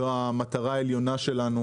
זו המטרה העליונה שלנו.